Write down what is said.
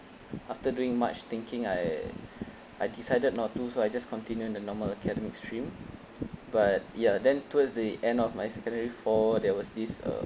after doing much thinking I I decided not to so I just continue in the normal academic stream but ya then towards the end of my secondary four there was this uh